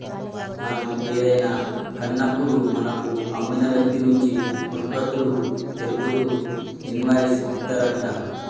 మనం ఏదైనా కాన్నప్పుడు మనకు అమ్మిన వ్యక్తి నుంచి ఉత్పత్తులు తెలుపుతూ ఇన్వాయిస్ ఇత్తారంట